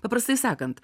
paprastai sakant